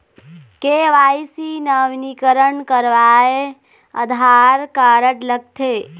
KYC नवीनीकरण करवाये Aadhaar card लगथे?